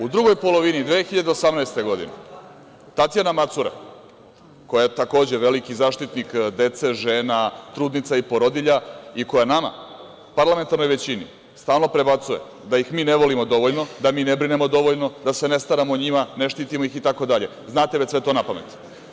U drugoj polovini 2018 godine Tatjana Macura, koja je, takođe, veliki zaštitnik dece, žena, trudnica i porodilja i koja je nama, parlamentarnoj većini stalno prebacuje da ih mi ne volimo dovoljno, da mi ne brinemo dovoljno, da se ne staramo o njima, ne štitimo ih, itd, znate već sve to napamet.